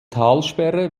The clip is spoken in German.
talsperre